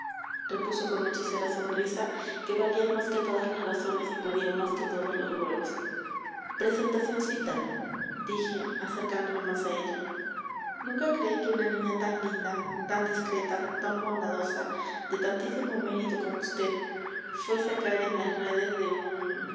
repuso con hechicera sonrisa que valía más que todas las razones y podía más que todos los ruegos presentacioncita dije acercándome más a ella nunca creí que una niña tan linda tan discreta tan bondadosa de tantísimo mérito como vd fuese a caer en las redes de un